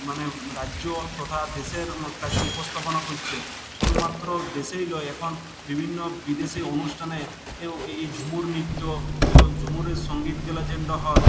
মানে রাজ্য তথা দেশের কাছে উপস্থাপনা করছে শুধুমাত্র দেশেই নয় এখন বিভিন্ন বিদেশি অনুষ্ঠানে এই ঝুমুর নৃত্য ঝুমুরের সঙ্গীতগুলো যে হয়